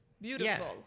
beautiful